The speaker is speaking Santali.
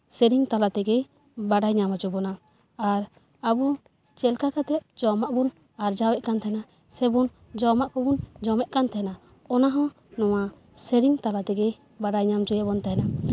ᱥᱮᱨᱮᱧ ᱛᱟᱞᱟᱛᱮ ᱵᱟᱲᱟᱭ ᱧᱟᱢ ᱦᱚᱪᱚ ᱵᱚᱱᱟ ᱟᱵᱚ ᱪᱮᱫᱠᱟ ᱠᱟᱛᱮᱜ ᱡᱚᱢᱟᱜ ᱵᱚᱱ ᱟᱨᱡᱟᱣᱮᱫ ᱠᱟᱱ ᱛᱟᱦᱮᱱᱟ ᱥᱮᱵᱚᱱ ᱡᱚᱢᱟᱜ ᱠᱚᱵᱚᱱ ᱡᱚᱢᱮᱫ ᱛᱟᱦᱮᱱᱟ ᱚᱱᱟ ᱦᱚᱸ ᱱᱚᱣᱟ ᱥᱮᱨᱮᱧ ᱛᱟᱞᱟ ᱛᱮᱜᱮ ᱵᱟᱲᱟᱭ ᱧᱟᱢ ᱦᱚᱪᱚᱭᱮᱫ ᱵᱚᱱ ᱛᱟᱦᱮᱱᱟ